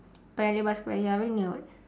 paya-lebar square ya very near [what]